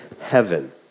heaven